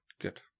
Good